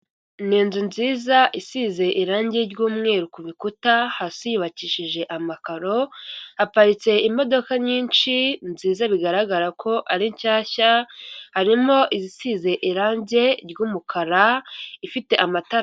Ni inzu nziza isize irangi ry'umweru ku bikuta hasi yubakishije amakaro aparitse imodoka nyinshi nziza bigaragara ko ari nshyashya harimo izisize irangi ry'umukara ifite amatarari.